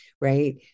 right